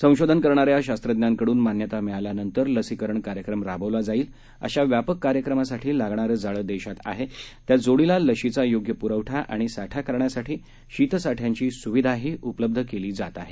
संशोधन करणाऱ्या शास्त्रज्ञांकडून मान्यता मिळाल्यानंतर लसीकरण कार्यक्रम राबवला जाईल अशा व्यापक कार्यक्रमासाठी लागणारं जाळं देशात आहे त्या जोडीला लशीचा योग्य प्रवठा आणि साठा करण्यासाठी शीतसाठ्यांची स्विधाही उपलब्ध केली जात आहे